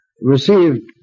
Received